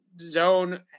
zone